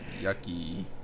Yucky